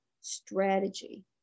strategy